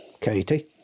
Katie